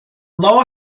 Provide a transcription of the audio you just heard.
law